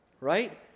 Right